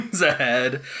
ahead